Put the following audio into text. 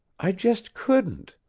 i just couldn't.